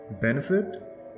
Benefit